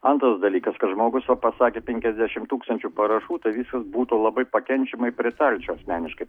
antras dalykas kad žmogus va pasakė penkiasdešimt tūkstančių parašų tai viskas būtų labai pakenčiama ir pritarčiau asmeniškai